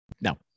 No